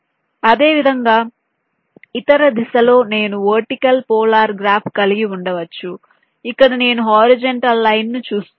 అదేవిధంగా ఇతర దిశలో నేను వర్టికల్ పోలార్ గ్రాఫ్ కలిగి ఉండవచ్చు ఇక్కడ నేను హరిజోన్టల్ లైన్ లను చూస్తాను